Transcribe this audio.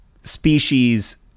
species